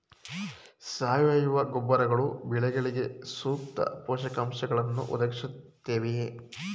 ಸಾವಯವ ಗೊಬ್ಬರಗಳು ಬೆಳೆಗಳಿಗೆ ಸೂಕ್ತ ಪೋಷಕಾಂಶಗಳನ್ನು ಒದಗಿಸುತ್ತವೆಯೇ?